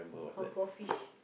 or goldfish